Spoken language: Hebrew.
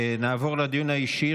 נעבור לדיון האישי.